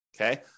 okay